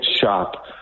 shop